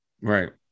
Right